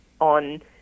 on